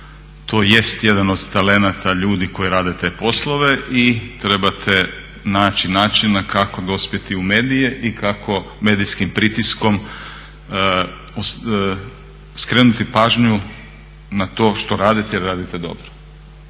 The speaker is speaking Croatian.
To jest jedan od talenata ljudi koji rade te poslove i trebate naći načina kako dospjeti u medije i kako medijskim pritiskom skrenuti pažnju na to što radite jer radite dobro.